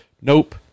Nope